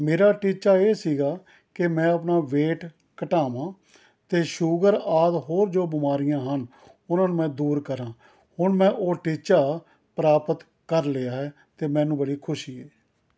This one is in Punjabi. ਮੇਰਾ ਟੀਚਾ ਇਹ ਸੀਗਾ ਕਿ ਮੈਂ ਆਪਣਾ ਵੇਟ ਘਟਾਵਾਂ ਅਤੇ ਸ਼ੂਗਰ ਆਦਿ ਹੋਰ ਜੋ ਬਿਮਾਰੀਆਂ ਹਨ ਉਹਨਾਂ ਨੂੰ ਮੈਂ ਦੂਰ ਕਰਾਂ ਹੁਣ ਮੈਂ ਉਹ ਟੀਚਾ ਪ੍ਰਾਪਤ ਕਰ ਲਿਆ ਹੈ ਅਤੇ ਮੈਨੂੰ ਬੜੀ ਖੁਸ਼ੀ ਹੈ